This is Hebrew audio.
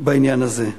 בעניין הזה.